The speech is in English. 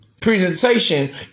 presentation